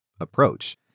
approach